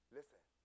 Listen